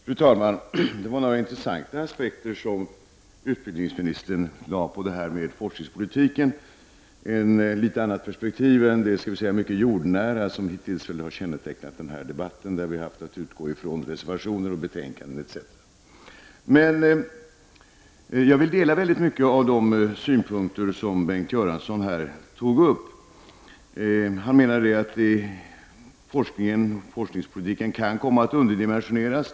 Fru talman! Det var några intressanta aspekter som utbildningsministern lade på forskningspolitiken. Det var ett litet annat perspektiv än det mycket jordnära som hittills har kännetecknat den här debatten, där vi har haft att utgå ifrån reservationer, betänkanden, etc. Jag delar väldigt många av de synpunkter som Bengt Göransson tog upp. Han menar att forskningspolitiken kan komma att underdimensioneras.